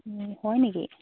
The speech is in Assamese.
হয় নেকি